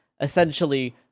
essentially